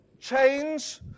change